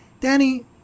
Danny